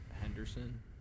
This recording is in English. Henderson